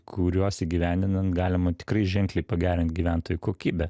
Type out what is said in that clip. kuriuos įgyvendinant galima tikrai ženkliai pagerint gyventojų kokybę